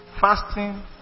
fasting